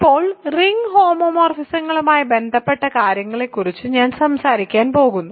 ഇപ്പോൾ റിംഗ് ഹോമോമോർഫിസങ്ങളുമായി ബന്ധപ്പെട്ട കാര്യങ്ങളെക്കുറിച്ച് ഞാൻ സംസാരിക്കാൻ പോകുന്നു